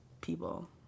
people